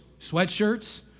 sweatshirts